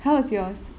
how was yours